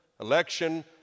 election